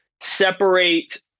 separate